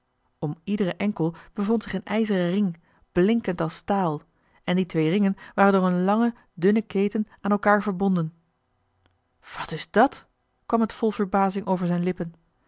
om iederen enkel bevond zich een ijzeren ring blinkend als staal en die twee ringen waren door een lange dunne keten aan elkaar verbonden wat is dat kwam het vol verbazing over zijn lippen